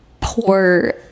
poor